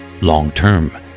long-term